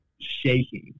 shaking